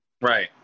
Right